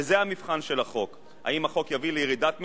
וזה המבחן של החוק: האם הוא יביא לירידת מחירים.